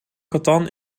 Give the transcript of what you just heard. catan